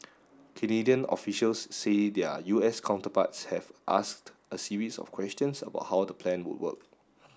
Canadian officials say their U S counterparts have asked a series of questions about how the plan would work